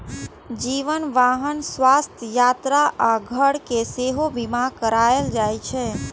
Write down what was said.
जीवन, वाहन, स्वास्थ्य, यात्रा आ घर के सेहो बीमा कराएल जाइ छै